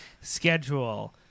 schedule